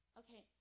okay